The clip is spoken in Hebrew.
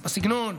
בסגנון,